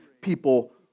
people